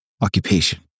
Occupation